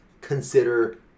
consider